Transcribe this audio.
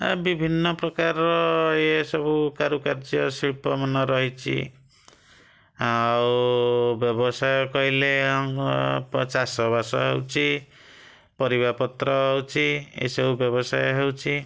ଏ ବିଭିନ୍ନ ପ୍ରକାର ଇଏ ସବୁ କାରୁକାର୍ଯ୍ୟ ଶିଳ୍ପମାନ ରହିଛି ଆଉ ବ୍ୟବସାୟ କହିଲେ ଆମ ଚାଷବାସ ହେଉଛି ପରିବାପତ୍ର ହେଉଛି ଏସବୁ ବ୍ୟବସାୟ ହେଉଛି